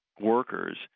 workers